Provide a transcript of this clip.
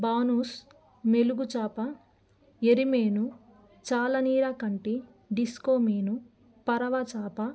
భానూస్ మెలుగుచాప ఎరిమేను చాలనీయాకంటి డిస్కో మీను పరవచాప